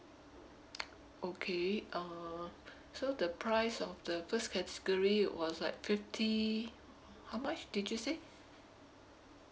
okay uh so the price of the first category was like fifty how much did you say